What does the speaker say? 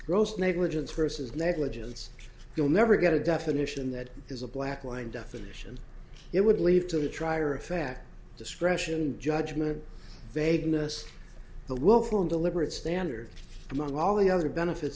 gross negligence versus negligence you'll never get a definition that is a black line definition it would leave to the trier of fact discretion judgment vagueness the willful and deliberate standard among all the other benefits